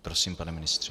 Prosím, pane ministře.